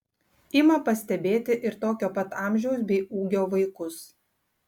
ima pastebėti ir tokio pat amžiaus bei ūgio vaikus